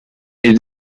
est